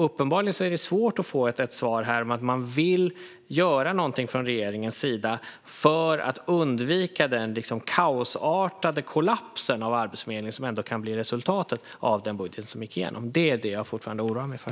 Uppenbarligen är det svårt att få ett svar här på om man vill göra någonting från regeringens sida för att undvika den kaosartade kollaps av Arbetsförmedlingen som kan bli resultatet av den budget som gick igenom. Det är det jag fortfarande oroar mig för.